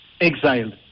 exiled